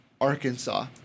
Arkansas